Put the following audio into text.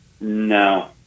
No